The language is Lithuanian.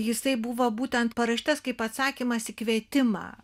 jisai buvo būtent parašytas kaip atsakymas į kvietimą